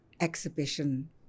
exhibition